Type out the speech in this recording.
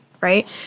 right